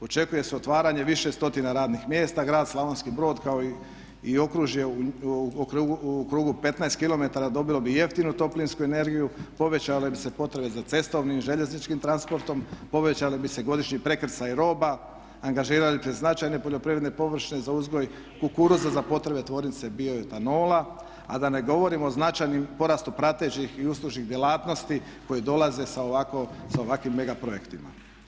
Očekuje se otvaranje više stotina radih mjesta, Grad Slavonski Brod kako i okružje u krugu 15 kilometara dobilo bi jeftinu toplinsku energiju, povećale bi se potrebne za cestovnim i željezničkim transportom, povećale bi se godišnji prekrcaji roba, angažirale bi se značajne poljoprivredne površine za uzgoj kukuruza za potrebe tvornice Bioetanola a da ne govorimo o značajnom porastu pratećih i uslužnih djelatnosti koji dolaze sa ovakvim mega projektima.